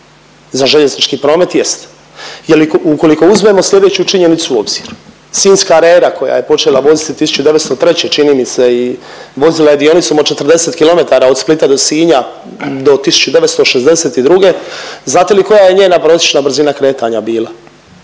za željeznički promet? Jest. Je li, ukoliko uzmemo sljedeću činjenicu u obzir, Sinjska rera koja je počela voditi 1903. čini mi se i vozila je dionicom od 40 km, od Splita do Sinja do 1962., znate li koja je njena prosječna brzina kretanja bila?